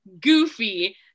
Goofy